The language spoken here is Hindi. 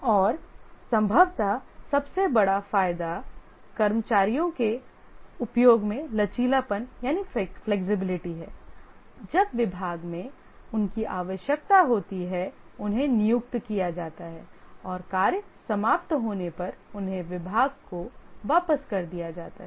और संभवतः सबसे बड़ा फायदा कर्मचारियों के उपयोग में लचीलापन है जब विभाग मैं उनकी आवश्यकता होती है उन्हें नियुक्त किया जाता है और कार्य समाप्त होने पर उन्हें विभाग को वापस कर दिया जाता है